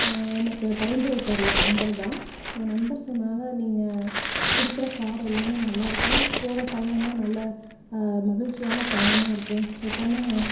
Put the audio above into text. எனக்கு பரிந்துரைத்தார் என் நண்பர் தான் என் நண்பர் சொன்னாங்க நீங்கள் கொடுக்குற கார் எல்லாமே நல்லா இருக்கும் போகற பயணமும் நல்ல மகிழ்ச்சியான பயணமாக இருக்கும் எப்போவுமே